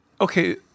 okay